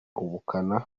ubukana